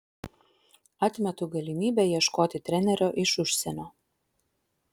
atmetu galimybę ieškoti trenerio iš užsienio